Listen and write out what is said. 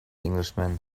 englishman